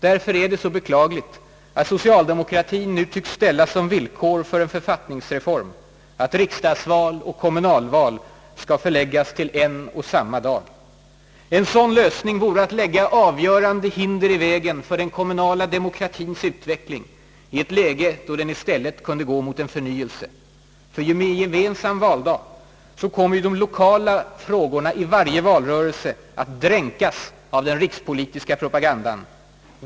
Det är därför beklagligt att socialdemokratien nu tycks ställa som villkor för en författningsreform att riksdagsval och kommunalval skall förläggas till en och samma dag. En sådan lösning vore att lägga avgörande hinder i vägen för den kommunala demokratiens utveckling i ett läge då den i stället kunde gå mot en förnyelse, ty med gemensam valdag kommer ju de lokala frågorna i varje valrörelse att dränkas av den rikspolitiska propagandan.